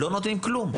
לא נותנים כלום.